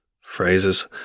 phrases